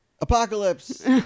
Apocalypse